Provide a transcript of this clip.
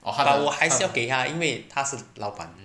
but 我还是要给他因为他是老板